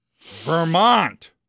Vermont